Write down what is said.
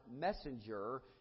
messenger